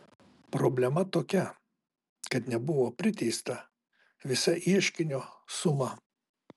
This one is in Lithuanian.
problema tokia kad nebuvo priteista visa ieškinio suma